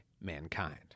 mankind